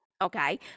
Okay